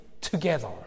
together